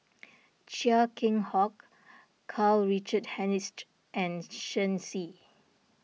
Chia Keng Hock Karl Richard Hanitsch and Shen Xi